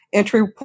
entry